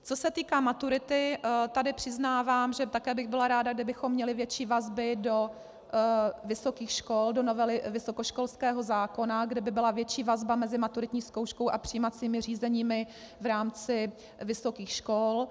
Co se týká maturity, tady přiznávám, že také bych byla ráda, kdybychom měli větší vazby do vysokých škol, do novely vysokoškolského zákona, kde by byla větší vazba mezi maturitní zkouškou a přijímacími řízeními v rámci vysokých škol.